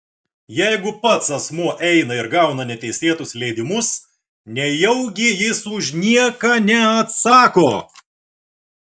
jeigu pats asmuo eina ir gauna neteisėtus leidimus nejaugi jis už nieką neatsako